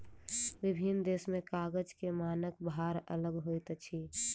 विभिन्न देश में कागज के मानक भार अलग होइत अछि